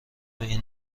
این